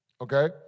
Okay